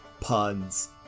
Puns